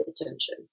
attention